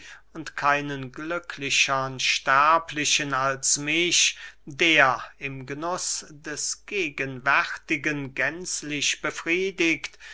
und keinen glücklichern sterblichen als mich der im genuß des gegenwärtigen gänzlich befriedigt